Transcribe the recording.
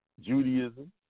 Judaism